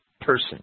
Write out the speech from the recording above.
person